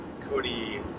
Cody